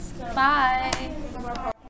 Bye